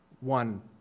one